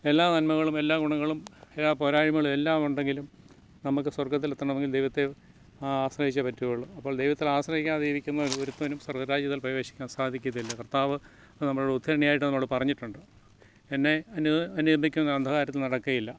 എല്ലാ നന്മകളും എല്ലാ ഗുണങ്ങളും എല്ലാ പോരായ്മകളും എല്ലാം ഉണ്ടെങ്കിലും നമുക്ക് സ്വർഗ്ഗത്തിലെത്തണമെങ്കിൽ ദൈവത്തെ ആ ആശ്രയിച്ചെ പറ്റുള്ളൂ അപ്പോൾ ദൈവത്തിൽ ആശ്രയിക്കാതെ ജീവിക്കുന്ന ഒരുത്തനും സ്വർഗ്ഗ രാജ്യത്തിൽ പ്രവേശിക്കാൻ സാധിക്കത്തില്ല കർത്താവ് നമ്മളോട് ഉദ്ധരണിയായിട്ട് നമ്മളോട് പറഞ്ഞിട്ടുണ്ട് എന്നെ അനുനിന്ദിക്കുന്നത് അന്ധകാരത്തിൽ നടക്കുകയില്ല